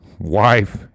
wife